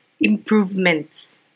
improvements